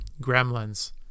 gremlins